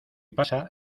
pasa